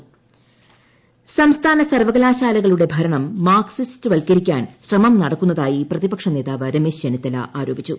രമേശ് ചെന്നിത്തല സംസ്ഥാന സർവ്വകലാശാലകളുടെ ഭരണം മാർക്സിസ്റ്റ് വൽക്കരിക്കാൻ ശ്രമം നടക്കുന്നതായി പ്രതിപക്ഷ നേതാവ് രമേശ് ചെന്നിത്തല ആരോപിച്ചു